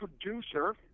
producer